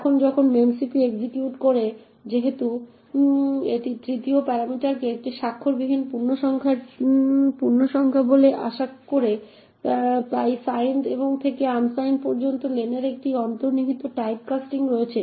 এখন যখন memcpy execute করে যেহেতু এটি 3য় প্যারামিটারটিকে একটি স্বাক্ষরবিহীন পূর্ণসংখ্যা বলে আশা করে তাই সাইনড থেকে আনসাইনড পর্যন্ত লেনের একটি অন্তর্নিহিত টাইপ কাস্টিং রয়েছে